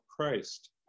Christ